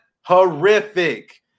Horrific